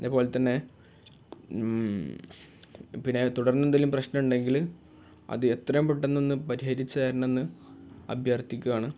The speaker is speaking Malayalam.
അതേപോലെ തന്നെ പിന്നെ തുടർന്ന് എന്തേലും പ്രശ്നമുണ്ടെങ്കിൽ അത് എത്രയും പെട്ടെന്ന് ഒന്ന് പരിഹരിച്ച് തരണം എന്ന് അഭ്യർത്ഥിക്കുകയാണ്